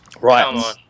Right